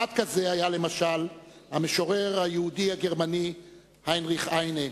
אחד כזה היה למשל המשורר היהודי-הגרמני היינריך היינה,